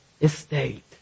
estate